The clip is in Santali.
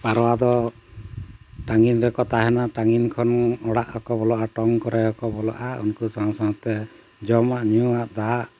ᱯᱟᱣᱨᱟ ᱫᱚ ᱴᱟᱺᱜᱤᱱ ᱨᱮᱠᱚ ᱛᱟᱦᱮᱱᱟ ᱴᱟᱺᱜᱤᱱ ᱠᱷᱚᱱ ᱚᱲᱟᱜ ᱦᱚᱸᱠᱚ ᱵᱚᱞᱚᱜᱼᱟ ᱴᱚᱝ ᱠᱚᱨᱮ ᱦᱚᱸ ᱠᱚ ᱵᱚᱞᱚᱜᱼᱟ ᱩᱱᱠᱩ ᱥᱟᱶ ᱥᱟᱶᱛᱮ ᱡᱚᱢᱟᱜ ᱧᱩᱣᱟᱜ ᱫᱟᱜ